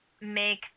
make